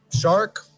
shark